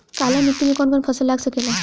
काली मिट्टी मे कौन कौन फसल लाग सकेला?